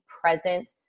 present